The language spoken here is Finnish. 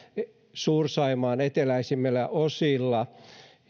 suur saimaan eteläisimmillä osilla